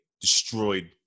destroyed